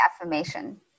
affirmation